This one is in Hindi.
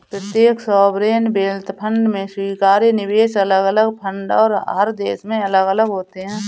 प्रत्येक सॉवरेन वेल्थ फंड में स्वीकार्य निवेश अलग अलग फंड और हर देश में अलग अलग होते हैं